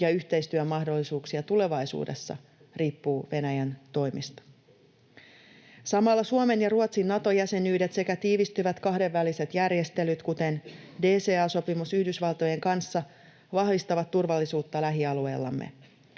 ja yhteistyömahdollisuuksia tulevaisuudessa, riippuu Venäjän toimista. Samalla Suomen ja Ruotsin Nato-jäsenyydet sekä tiivistyvät kahdenväliset järjestelyt, kuten DCA-sopimus Yhdysvaltojen kanssa, vahvistavat turvallisuutta lähialueillamme.